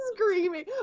screaming